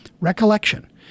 recollection